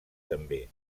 també